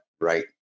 right